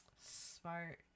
Smart